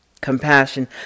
Compassion